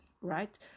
right